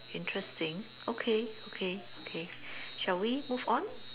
interesting okay okay okay shall we move on